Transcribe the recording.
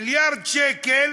מיליארד שקל.